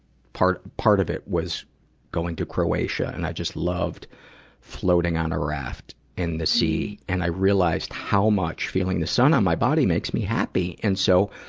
part, part of it was going to croatia, and i just loved floating on a raft in the sea. and i realized how much feeling the sun on my body makes me happy. and so,